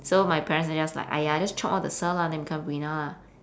so my parents are just like !aiya! just chop off the sa lah then become brina lah